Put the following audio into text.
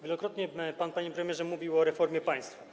Wielokrotnie pan, panie premierze, mówił o reformie państwa.